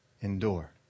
endure